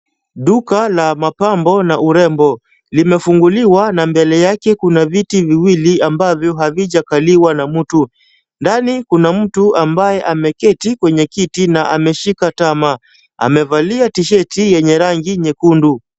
Duka la mapambo na urembo limefunguliwa na mbele yake kuna viti viwili ambavyo havijakaliwa na mtu. Ndani kuna mtu ambaye ameketi kwenye kiti na ameshika tama. Amevalia tisheti yenye rangi nyekundu.